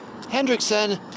Hendrickson